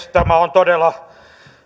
tämä on todella